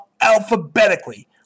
alphabetically